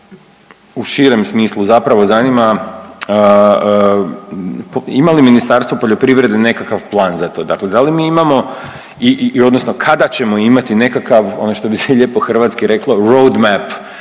u širem smislu zapravo zanima ima li Ministarstvo poljoprivrede nekakav plan za to, dakle da li mi imamo i odnosno kada ćemo imati nekakav ono što bi se lijepo hrvatski reklo roadmap